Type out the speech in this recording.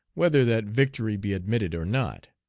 whether that victory be admitted or not.